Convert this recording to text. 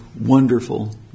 wonderful